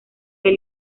del